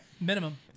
minimum